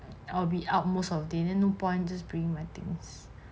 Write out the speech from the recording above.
I'll be out most of day no point just bring my things